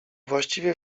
właściwie